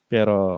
Pero